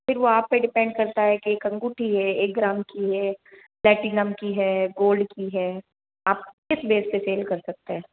फिर वो आप पे डिपेंड करता है कि एक अंगूठी है एक ग्राम की है प्लैटिनम की है गोल्ड की है आप किस बेस पर सेल कर सकते हैं